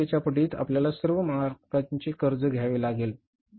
हजार संख्येच्या पटीत आपल्याला सर्व मार्गांचे कर्ज घ्यावे लागेल